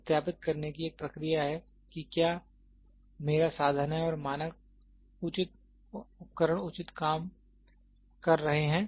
सत्यापित करने की एक प्रक्रिया है कि क्या मेरा साधन है और मानक उपकरण उचित काम कर रहे हैं